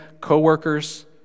co-workers